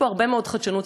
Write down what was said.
יש פה הרבה מאוד חדשנות,